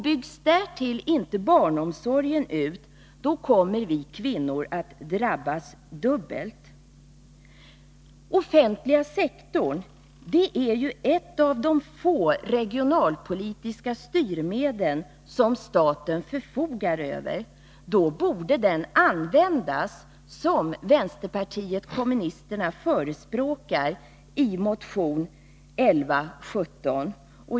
Byggs därtill inte barnomsorgen ut, kommer vi kvinnor att drabbas dubbelt. Den offentliga sektorn är ett av de få regionalpolitiska styrmedel som staten förfogar över. Då borde den användas, som vänsterpartiet kommunisterna förespråkar i motion 1117.